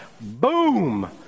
Boom